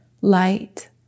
light